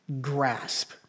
grasp